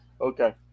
Okay